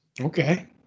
Okay